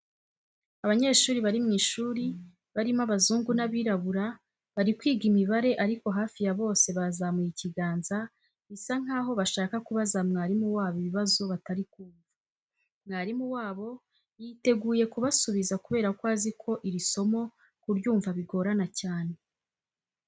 Abanyeshuri bari mu ishuri barimo abazungu n'abirabura bari kwiga imibare ariko hafi ya bose bazamuye ikiganza bisa nkaho bashaka kubaza mwarimu wabo ibibazo batari kumva. Mwarimu wabo yiteguye kubasubiza kubera ko azi ko iri somo kuryumva bigorana cyane.